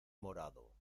morado